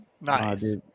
Nice